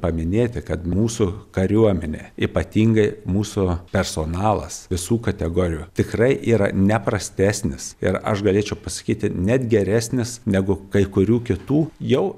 paminėti kad mūsų kariuomenė ypatingai mūsų personalas visų kategorijų tikrai yra neprastesnis ir aš galėčiau pasakyti net geresnis negu kai kurių kitų jau